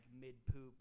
mid-poop